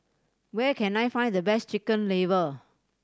where can I find the best Chicken Liver